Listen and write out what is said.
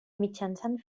mitjançant